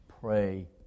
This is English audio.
pray